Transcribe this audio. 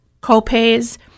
co-pays